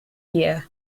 year